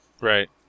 right